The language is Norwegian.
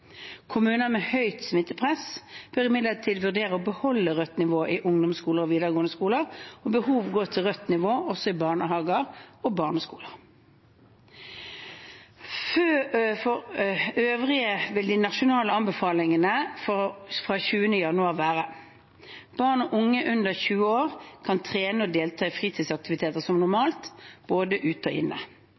Kommuner med høyt smittepress bør imidlertid vurdere å beholde rødt nivå i ungdomsskoler og videregående skoler og ved behov gå til rødt nivå også i barnehager og barneskoler. For øvrig vil de nasjonale anbefalingene fra 20. januar være: Barn og unge under 20 år kan trene og delta i fritidsaktiviteter som normalt, både ute og inne.